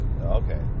Okay